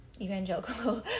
evangelical